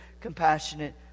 compassionate